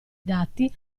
dati